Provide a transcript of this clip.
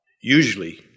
usually